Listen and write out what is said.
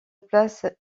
place